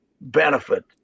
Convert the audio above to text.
benefit